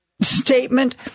statement